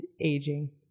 aging